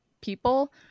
people